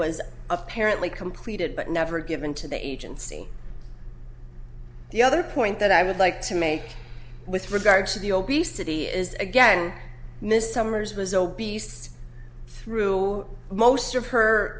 was apparently completed but never given to the agency the other point that i would like to make with regard to the obesity is again miss summers was obese through most of her